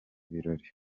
birori